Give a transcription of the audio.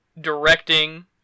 directing